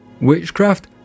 Witchcraft